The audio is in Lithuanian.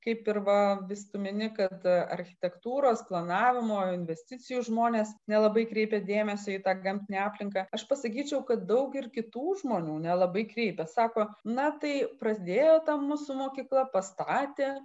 kaip ir va vis tu mini kad architektūros planavimo investicijų žmonės nelabai kreipia dėmesį į tą gamtinę aplinką aš pasakyčiau kad daug ir kitų žmonių nelabai kreipia sako na tai pradėjo ta mūsų mokykla pastatė